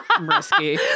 risky